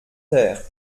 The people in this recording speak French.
terre